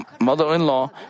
mother-in-law